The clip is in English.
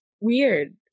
weird